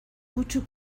kutsu